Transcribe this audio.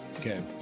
Okay